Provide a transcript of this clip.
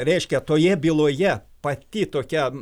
reiškia toje byloje pati tokia